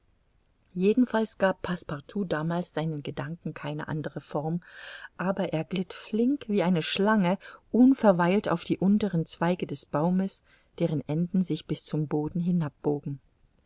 jedenfalls gab passepartout damals seinen gedanken keine andere form aber er glitt flink wie eine schlange unverweilt auf die unteren zweige des baumes deren enden sich bis zum boden